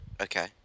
Okay